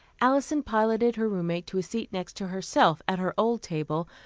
alison piloted her roommate to a seat next to herself, at her old table,